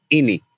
ini